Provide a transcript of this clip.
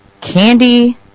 Candy